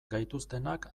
gaituztenak